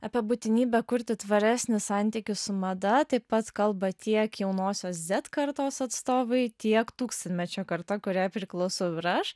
apie būtinybę kurti tvaresnį santykį su mada taip pat kalba tiek jaunosios zet kartos atstovai tiek tūkstantmečio karta kuriai priklausau ir aš